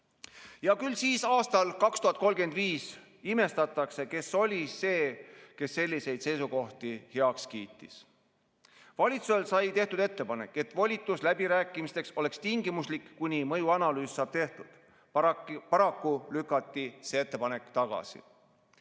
Ja küll siis aastal 2035 imestatakse, kes olid need, kes sellised seisukohad heaks kiitsid. Valitsusele sai tehtud ettepanek, et volitus läbirääkimisteks oleks tingimuslik, kuni mõjuanalüüs saab tehtud. Paraku lükati see ettepanek